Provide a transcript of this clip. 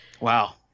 Wow